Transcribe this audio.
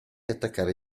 attaccare